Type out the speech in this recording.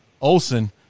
Olson